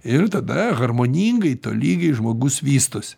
ir tada harmoningai tolygiai žmogus vystosi